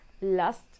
last